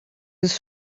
his